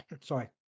sorry